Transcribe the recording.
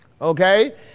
okay